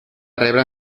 rebre